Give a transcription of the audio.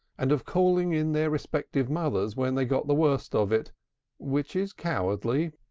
and of calling in their respective mothers when they got the worse of it which is cowardly,